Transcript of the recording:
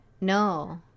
No